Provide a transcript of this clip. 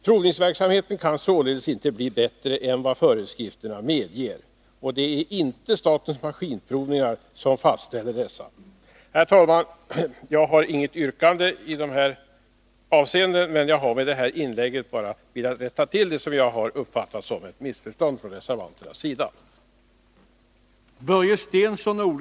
Provningsverksamheten kan således inte bli bättre än vad föreskrifterna medger, och det är inte statens maskinprovningar som fastställer dessa. Nr 107 Herr talman! Jag har inget yrkande i dessa avseenden. Med det här Torsdagen den inlägget har jag bara velat rätta till vad jag har uppfattat som ett missförstånd 25 mars 1982 från reservanternas sida.